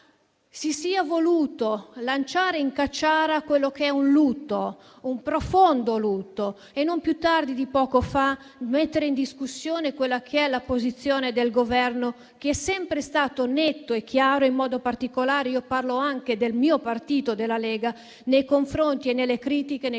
si sia voluto lanciare in caciara quello che è un lutto, un profondo lutto, e non più tardi di poco fa mettere in discussione la posizione del Governo, che è sempre stato netto e chiaro - in modo particolare parlo anche del mio partito, la Lega - nelle critiche nei confronti